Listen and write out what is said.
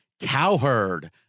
Cowherd